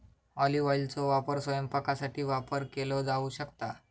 olive ऑइलचो वापर स्वयंपाकासाठी वापर केलो जाऊ शकता